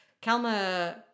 Kalma